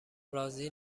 راضی